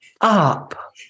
up